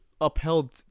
upheld